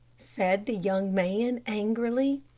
said the young man, angrily.